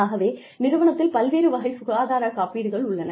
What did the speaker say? ஆகவே நிறுவனத்தில் பல்வேறு வகை சுகாதார காப்பீடுகள் உள்ளன